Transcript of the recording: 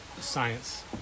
science